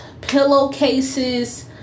pillowcases